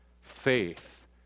faith